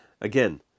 Again